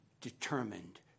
determined